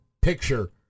picture